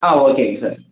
ஆ ஓகேங்க சார்